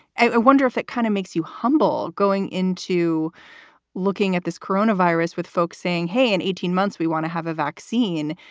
i wonder if it kind of makes you humble going into looking at this coronavirus with folks saying, hey, in eighteen months, we want to have a vaccine.